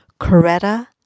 Coretta